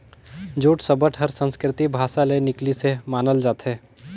jute सबद हर संस्कृति भासा ले निकलिसे मानल जाथे